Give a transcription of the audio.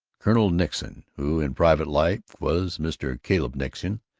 colonel nixon, who in private life was mr. caleb nixon,